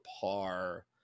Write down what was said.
par